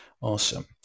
Awesome